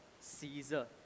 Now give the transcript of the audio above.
Caesar